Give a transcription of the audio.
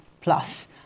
plus